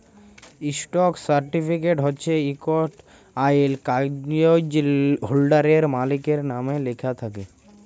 stock certificate হছে ইকট আইল কাগ্যইজ হোল্ডারের, মালিকের লামে লিখ্যা থ্যাকে